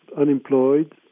unemployed